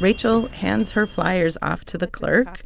rachel hands her fliers off to the clerk